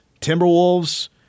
Timberwolves